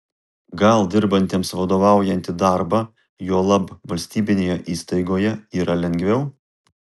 gal dirbantiems vadovaujantį darbą juolab valstybinėje įstaigoje yra lengviau